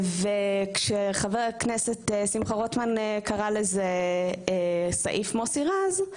כשחבר הכנסת שמחה רוטמן קרא לזה סעיף מוסי רז,